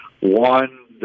One